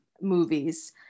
movies